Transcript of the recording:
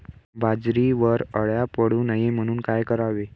बाजरीवर अळ्या पडू नये म्हणून काय करावे?